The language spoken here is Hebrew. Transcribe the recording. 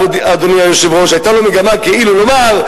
יורשע בזה.